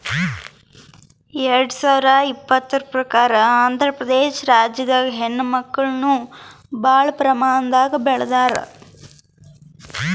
ಎರಡ ಸಾವಿರದ್ ಇಪ್ಪತರ್ ಪ್ರಕಾರ್ ಆಂಧ್ರಪ್ರದೇಶ ರಾಜ್ಯದಾಗ್ ಹಣ್ಣಗಳನ್ನ್ ಭಾಳ್ ಪ್ರಮಾಣದಾಗ್ ಬೆಳದಾರ್